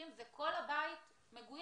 זה אומר שכל הבית מגויס.